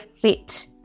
fit